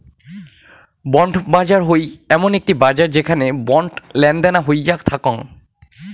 bond বাজার হই এমন একটি বাজার যেখানে বন্ড লেনাদেনা হইয়া থাকাং